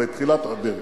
בתחילת הדרך